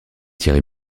thierry